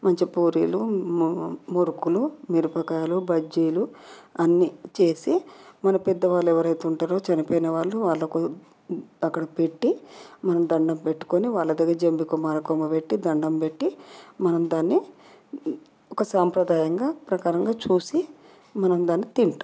మంచి పూరీలు మురుకులు మిరపకాయలు బజ్జీలు అన్నీ చేసి మన పెద్ద వాళ్ళు ఎవరైతే ఉంటారో చనిపోయిన వాళ్ళు వాళ్ళకు అక్కడ పెట్టి మనం దండం పెట్టుకొని వాళ్ళ దగ్గర జంబి కొమ్మ అరకొమ్మ పెట్టి దండం పెట్టి మనం దాన్ని ఒక సాంప్రదాయ ప్రకారంగా చూసి మనం దాన్ని తింటాం